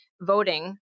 voting